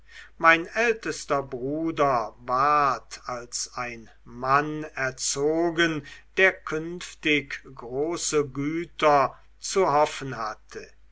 mein ältester bruder ward als ein mann erzogen der künftig große güter zu hoffen hatte